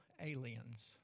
aliens